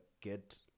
get